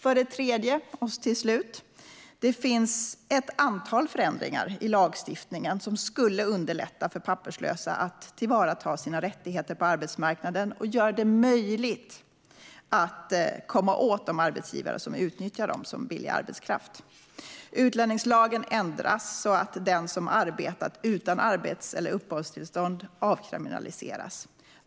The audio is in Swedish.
Slutligen, för det tredje: Det finns ett antal förändringar i lagstiftningen som skulle underlätta för papperslösa att tillvarata sina rättigheter på arbetsmarknaden och göra det möjligt att komma åt de arbetsgivare som utnyttjar dem som billig arbetskraft. Utlänningslagen ändras så att den som har arbetat utan arbets eller uppehållstillstånd avkriminaliseras.